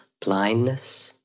blindness